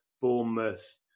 Bournemouth